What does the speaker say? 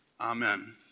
Amen